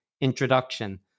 introduction